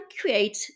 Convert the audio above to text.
create